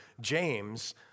James